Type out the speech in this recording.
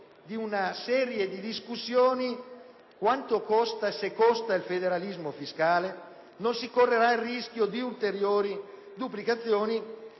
di una serie di discussioni il «quanto costa» il federalismo fiscale e se non si correrà il rischio di ulteriori duplicazioni.